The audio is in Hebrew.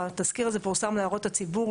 התסקיר הזה פורסם להערות הציבור.